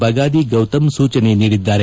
ಬಗಾದಿ ಗೌತಮ್ ಸೂಚನೆ ನೀಡಿದ್ದಾರೆ